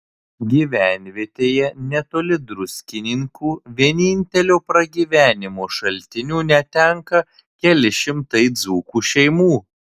gyvenvietėje netoli druskininkų vienintelio pragyvenimo šaltinio netenka keli šimtai dzūkų šeimų